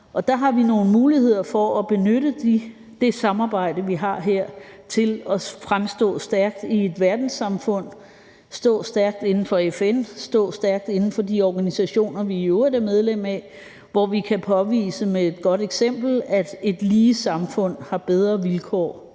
og der har vi nogle muligheder for at benytte det samarbejde, vi har her, til at fremstå stærkt i et verdenssamfund, stå stærkt inden for FN, stå stærkt inden for de organisationer, vi i øvrigt er medlem af, hvor vi kan påvise med et godt eksempel, at et lige samfund har bedre vilkår